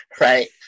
right